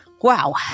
Wow